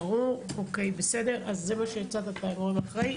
אז זה מה שהצעת, את הגורם האחראי.